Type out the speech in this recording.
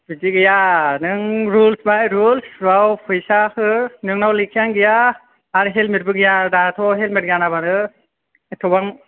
बिदि गैया नों रुलस बाइ रुलस फैसा हो नोंनाव लेखायानो गैया आर हेलमेथ बो गैया दा थ' हेलमेथ गानाबानो येथ'बां